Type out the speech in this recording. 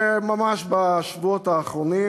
ממש בשבועות האחרונים